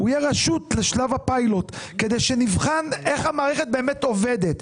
הוא יהיה רשות לשלב הפיילוט כדי שנבחן איך המערכת באמת עובדת.